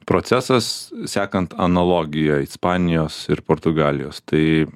procesas sekant analogijoj ispanijos ir portugalijos tai